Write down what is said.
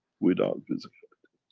without physicality.